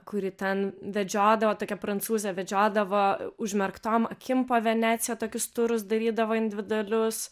kuri ten vedžiodavo tokia prancūzė vedžiodavo užmerktom akim po veneciją tokius turus darydavo individualius